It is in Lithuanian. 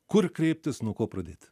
kur kreiptis nuo ko pradėti